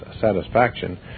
satisfaction